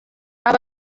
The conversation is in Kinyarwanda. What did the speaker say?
aba